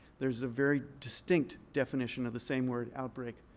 there's a very distinct definition of the same word, outbreak,